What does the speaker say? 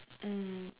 mm